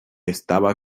estaba